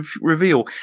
reveal